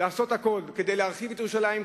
לעשות הכול כדי להרחיב את ירושלים,